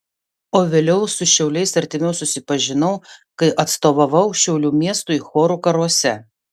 o vėliau su šiauliais artimiau susipažinau kai atstovavau šiaulių miestui chorų karuose